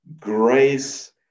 grace